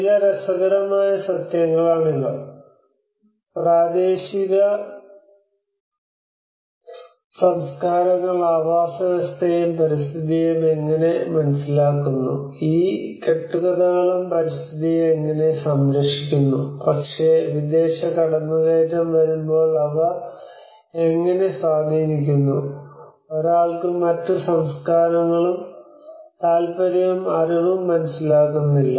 ചില രസകരമായ സത്യങ്ങളാണ് ഇവ പ്രാദേശിക സംസ്കാരങ്ങൾ ആവാസവ്യവസ്ഥയെയും പരിസ്ഥിതിയെയും എങ്ങനെ മനസ്സിലാക്കുന്നു ഈ കെട്ടുകഥകളും പരിസ്ഥിതിയെ എങ്ങനെ സംരക്ഷിക്കുന്നു പക്ഷേ വിദേശ കടന്നുകയറ്റം വരുമ്പോൾ അവ എങ്ങനെ സ്വാധീനിക്കുന്നു ഒരാൾ മറ്റ് സംസ്കാരങ്ങളും താൽപ്പര്യവും അറിവും മനസ്സിലാക്കുന്നില്ല